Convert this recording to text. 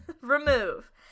Remove